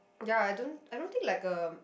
ya I don't I don't think like a